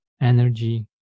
energy